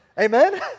Amen